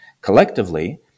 collectively